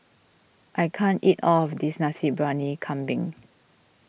I can't eat all of this Nasi Briyani Kambing